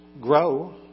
grow